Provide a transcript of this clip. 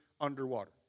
underwater